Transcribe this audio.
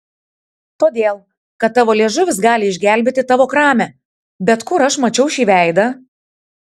todėl kad tavo liežuvis gali išgelbėti tavo kramę bet kur aš mačiau šį veidą